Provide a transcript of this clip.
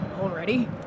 Already